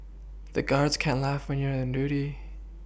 the guards can't laugh when you are on duty